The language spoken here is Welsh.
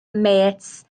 mêts